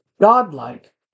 godlike